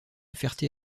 ferté